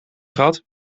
schat